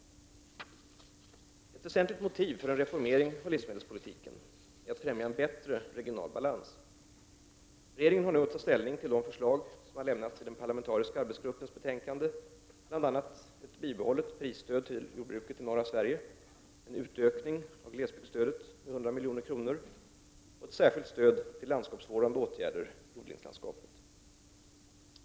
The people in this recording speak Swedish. Ett väsentligt motiv för en reformering av livsmedelspolitiken är att främja en bättre regional balans. Regeringen har nu att ta ställning till de förslag som lämnats i den parlamentariska arbetsgruppens betänkande , bl.a. ett bibehållet prisstöd till jordbruket i norra Sverige, en utökning av glesbygdsstödet med 100 milj.kr. samt ett särskilt stöd till landskapsvårdande åtgärder i odlingslandskapet.